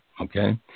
Okay